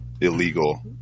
illegal